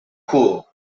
cool